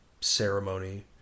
ceremony